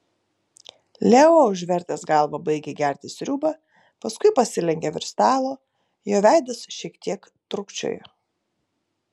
leo užvertęs galvą baigė gerti sriubą paskui pasilenkė virš stalo jo veidas šiek tiek trūkčiojo